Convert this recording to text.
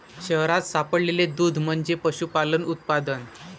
शहरात सापडलेले दूध म्हणजे पशुपालन उत्पादन